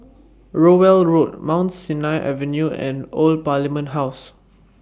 Rowell Road Mount Sinai Avenue and Old Parliament House